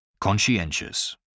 Conscientious